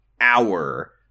hour